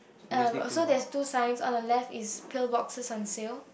um so there's two signs on the left is pill boxes on sale